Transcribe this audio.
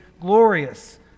glorious